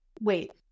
wait